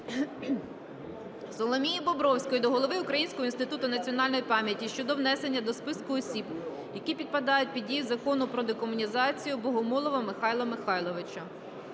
Соломії Бобровської до голови Українського інституту національної пам'яті щодо внесення до списку осіб, які підпадають під дію закону про декомунізацію, Богомолова Михайла Михайловича.